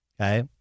okay